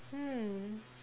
hmm